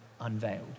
unveiled